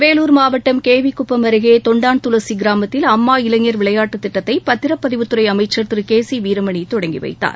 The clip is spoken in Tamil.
வேலூர் மாவட்டம் கே வி குப்பம் அருகே தொண்டான் துளசி கிராமத்தில் அம்மா இளைஞர் விளையாட்டுத் திட்டத்தை பத்திரப்பதிவுத் துறை அமைச்சர் திரு கே சி வீரமணி தொடங்கி வைத்தார்